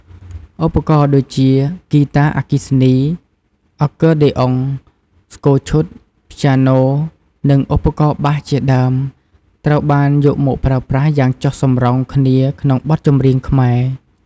ឧបករណ៍ដូចជា ហ្គីតាអគ្គិសនី , អង្គ័រដេអុង , ស្គរឈុត , ព្យាណូនិង ឧបករណ៍បាស ជាដើម ត្រូវបានយកមកប្រើប្រាស់យ៉ាងចុះសម្រុងគ្នាក្នុងបទចម្រៀងខ្មែរ។